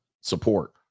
support